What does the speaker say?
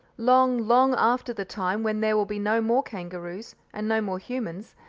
long, long after the time when there will be no more kangaroos, and no more humans,